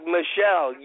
Michelle